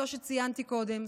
זו שציינתי קודם,